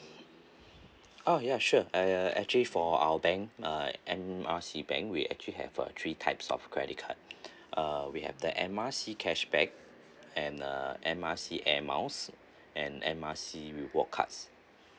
oh ya sure I uh actually for our bank uh M R C bank we actually have uh three types of credit card uh we have the M R C cashback and uh M R C airmiles and M R C reward cards